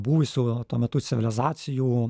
buvusių tuo metu civilizacijų